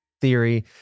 theory